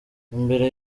imbere